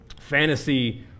Fantasy